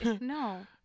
No